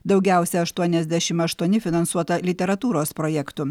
daugiausia aštuoniasdešim aštuoni finansuota literatūros projektų